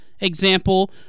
example